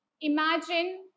Imagine